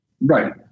Right